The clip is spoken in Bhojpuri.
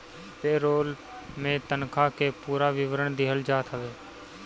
पे रोल में तनखा के पूरा विवरण दिहल जात हवे